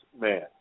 man